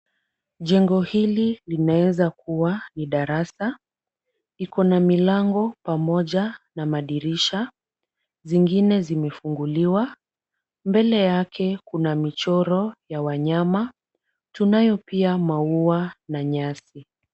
Jengo hili linaweza kuwa ni darasa, liko na milango pamoja na madirisha, zingine zimefunguliwa. Mbele yake kuna michoro ya wanyama. Tunayo pia maua na nyasi.